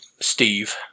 Steve